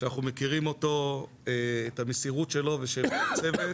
שאנחנו מכירים אותו, את המסירות שלו ושל הצוות.